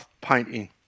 painting